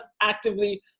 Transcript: actively